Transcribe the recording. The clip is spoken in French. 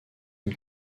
une